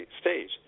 stage